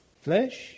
Flesh